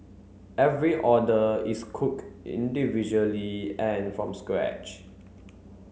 every order is cooked individually and from scratch